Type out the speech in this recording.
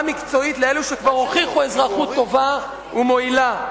מקצועית לאלו שכבר הוכיחו אזרחות טובה ומועילה.